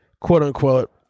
quote-unquote